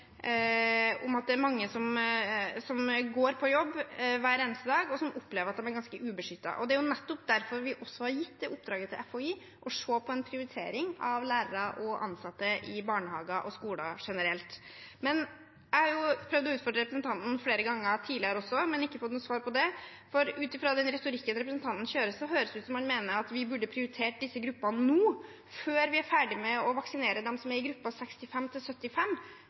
er ganske ubeskyttet. Det er jo nettopp derfor vi har gitt det oppdraget til FHI, å se på en prioritering av lærere og ansatte i barnehager og skoler generelt. Jeg har jo prøvd å utfordre representanten flere ganger tidligere også, men ikke fått noe svar på det, for ut fra den retorikken representanten kjører, høres det ut som om han mener at vi burde prioritert disse gruppene nå, før vi er ferdig med å vaksinere de som er i